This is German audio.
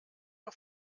auf